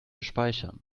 speichern